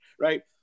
right